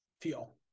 feel